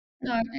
No